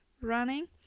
running